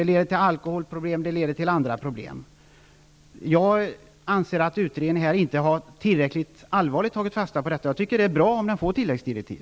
Det leder till alkoholproblem och andra problem. Jag anser att utredningen inte tillräckligt allvarligt har tagit fasta på detta. Jag tycker att det är bra om den får tilläggsdirektiv.